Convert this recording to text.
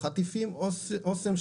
בחטיפים אסם,